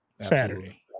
Saturday